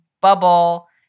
bubble